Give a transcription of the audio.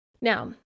Now